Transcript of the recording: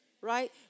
right